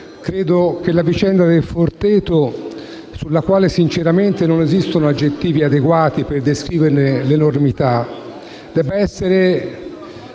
credo che la vicenda della comunità Il Forteto, sulla quale sinceramente non esistono aggettivi adeguati per descriverne l'enormità, debba essere